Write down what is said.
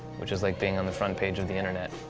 which is like being on the front page of the internet.